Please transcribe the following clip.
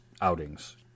outings